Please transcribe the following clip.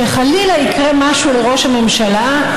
וחלילה יקרה משהו לראש הממשלה,